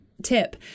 tip